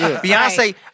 Beyonce